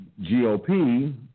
GOP